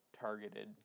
targeted